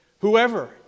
whoever